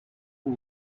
and